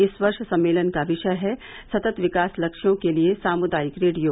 इस वर्ष सम्मेलन का विषय है सत्त विकास लक्ष्यों के लिए सामुदायिक रेडियो